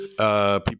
People